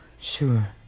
Sure